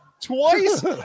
Twice